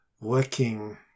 working